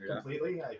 Completely